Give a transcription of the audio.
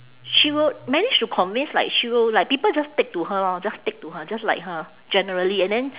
she will manage to convince like she will like people just stick to her lor just stick to her just like her generally and then